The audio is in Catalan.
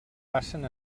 passen